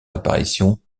apparition